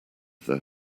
their